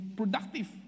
productive